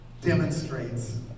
demonstrates